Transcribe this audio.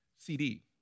CD